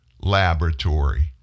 laboratory